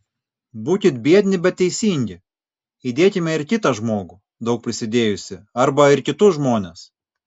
būkit biedni bet teisingi įdėkime ir kitą žmogų daug prisidėjusį arba ir kitus žmones